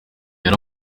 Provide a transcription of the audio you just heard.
yari